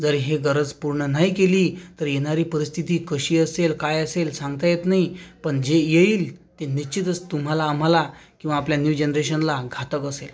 जर ही गरज पूर्ण नाही केली तर येणारी परिस्थिती कशी असेल काय असेल सांगता येत नाही पण जे येईल ते निश्चितच तुम्हाला आम्हाला किंवा आपल्या न्यू जनरेशनला घातक असेल